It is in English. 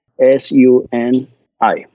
S-U-N-I